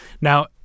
Now